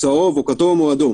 באמת